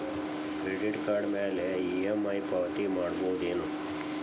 Credit card ಮ್ಯಾಲೆ EMI ಪಾವತಿ ಮಾಡ್ಬಹುದೇನು?